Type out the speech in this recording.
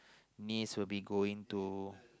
niece will be going to